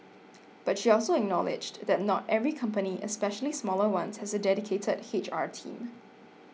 but she also acknowledged that not every company especially smaller ones has a dedicated H R team